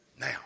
now